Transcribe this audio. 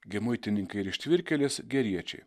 gi muitininkai ir ištvirkėlės geriečiai